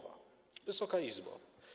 Wysoka Izbo!